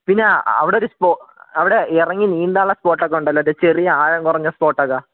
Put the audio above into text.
പിന്നാ അവിടെ ഒരു അവിടെ ഇറങ്ങി നീന്താനുള്ള സ്പോട്ടൊക്കെ ഉണ്ടല്ലോ ചെറിയ ആഴം കുറഞ്ഞ സ്പോട്ടൊക്ക